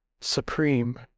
supreme